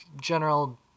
general